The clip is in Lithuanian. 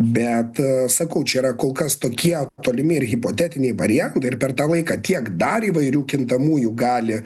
bet sakau čia yra kol kas tokie tolimi ir hipotetiniai variantai ir per tą laiką tiek dar įvairių kintamųjų gali